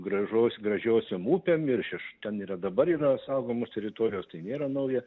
gražos gražiosiom upėm ir šeš ten yra dabar yra saugomos teritorijos tai nėra nauja